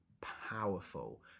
powerful